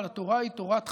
אבל התורה היא תורת חיים,